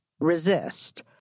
resist